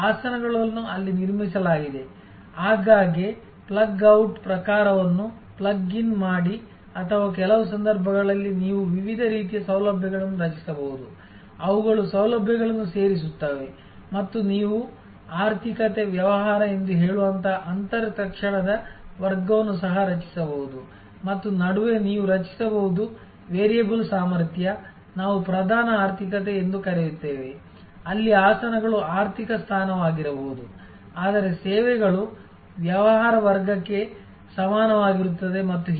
ಆಸನಗಳನ್ನು ಅಲ್ಲಿ ನಿರ್ಮಿಸಲಾಗಿದೆ ಆಗಾಗ್ಗೆ ಪ್ಲಗ್ in ಟ್ ಪ್ರಕಾರವನ್ನು ಪ್ಲಗ್ ಇನ್ ಮಾಡಿ ಅಥವಾ ಕೆಲವು ಸಂದರ್ಭಗಳಲ್ಲಿ ನೀವು ವಿವಿಧ ರೀತಿಯ ಸೌಲಭ್ಯಗಳನ್ನು ರಚಿಸಬಹುದು ಅವುಗಳು ಸೌಲಭ್ಯಗಳನ್ನು ಸೇರಿಸುತ್ತವೆ ಮತ್ತು ನೀವು ಆರ್ಥಿಕತೆ ವ್ಯವಹಾರ ಎಂದು ಹೇಳುವಂತಹ ಅಂತರ್ ತಕ್ಷಣದ ವರ್ಗವನ್ನು ಸಹ ರಚಿಸಬಹುದು ಮತ್ತು ನಡುವೆ ನೀವು ರಚಿಸಬಹುದು ವೇರಿಯಬಲ್ ಸಾಮರ್ಥ್ಯ ನಾವು ಪ್ರಧಾನ ಆರ್ಥಿಕತೆ ಎಂದು ಕರೆಯುತ್ತೇವೆ ಅಲ್ಲಿ ಆಸನಗಳು ಆರ್ಥಿಕ ಸ್ಥಾನವಾಗಿರಬಹುದು ಆದರೆ ಸೇವೆಗಳು ವ್ಯವಹಾರ ವರ್ಗಕ್ಕೆ ಸಮಾನವಾಗಿರುತ್ತದೆ ಮತ್ತು ಹೀಗೆ